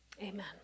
Amen